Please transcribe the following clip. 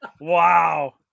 wow